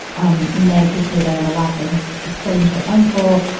um meg, who's played by emma watson, has sprained her ankle.